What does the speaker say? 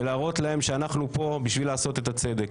ולהראות להן שאנחנו פה בשביל לעשות את הצדק.